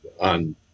on